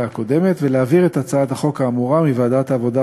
הקודמת ולהעביר את הצעת החוק האמורה מוועדת העבודה,